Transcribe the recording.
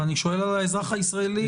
אני שואל על האזרח הישראלי.